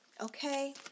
okay